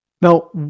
Now